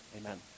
Amen